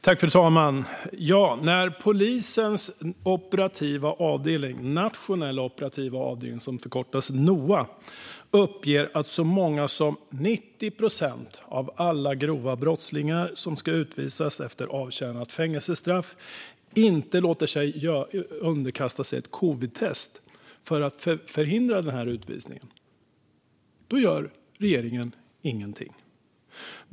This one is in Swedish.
Fru talman! När polisens nationella operativa avdelning, Noa, uppger att så många som 90 procent av alla grova brottslingar som ska utvisas efter att ha avtjänat fängelsestraff inte låter underkasta sig ett covidtest för att på så sätt förhindra utvisningen gör regeringen ingenting.